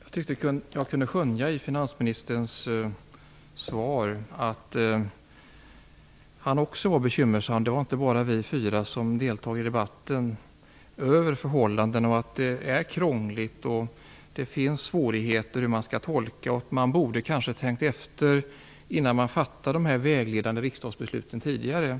Fru talman! Jag tyckte att jag i finansministerns svar kunde skönja att han också var bekymrad över förhållandena. Det är inte bara vi fyra som deltar i debatten som är det. Det är krångligt, det finns svårigheter hur man skall tolka detta och man borde kanske tänkt efter innan man fattade dessa vägledande riksdagsbeslut tidigare.